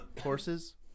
Horses